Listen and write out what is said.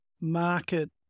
market